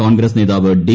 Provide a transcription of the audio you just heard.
കോൺഗ്രസ്സ് നേതാവ് ഡി